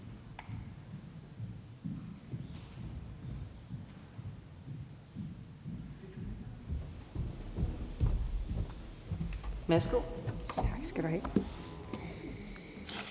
Jeg ved ikke rigtig,